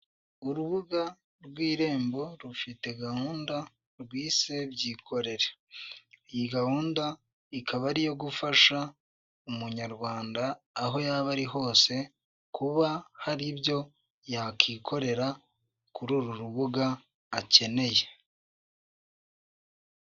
Urubuga rw'irembo rufite gahunda rwise byikorere. Iyi gahunda ikaba ari iyo gufasha umunyarwada aho yaba ari hose kuba hari ibyo yakikorera kuri uru rubuga akeneye.